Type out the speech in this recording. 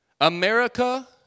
America